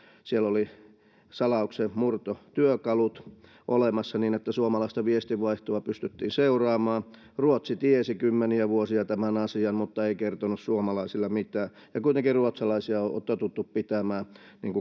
siellä oli salauksenmurtotyökalut olemassa niin että suomalaista viestinvaihtoa pystyttiin seuraamaan ruotsi tiesi kymmeniä vuosia tämän asian mutta ei kertonut suomalaisille mitään ja kuitenkin ruotsalaisia on totuttu pitämään